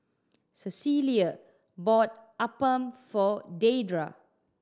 Cecelia bought appam for Deidra